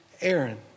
Aaron